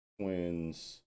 twins